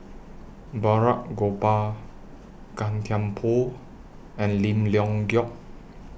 Balraj Gopal Gan Thiam Poh and Lim Leong Geok